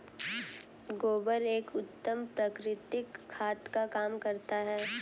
गोबर एक उत्तम प्राकृतिक खाद का काम करता है